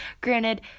granted